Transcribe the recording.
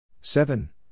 Seven